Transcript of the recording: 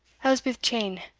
elspeth cheyne,